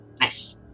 Nice